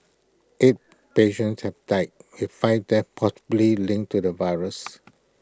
eight patients have died with five deaths possibly linked to the virus